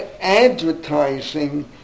advertising